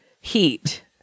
heat